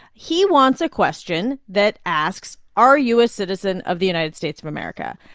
he wants a question that asks, are you a citizen of the united states of america?